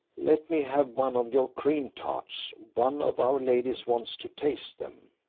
let me have one of your cream-tarts one of our ladies wants to taste them.